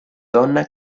donna